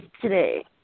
today